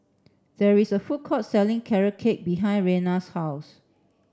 there is a food court selling carrot cake behind Rena's house